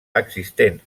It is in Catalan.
existent